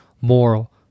Moral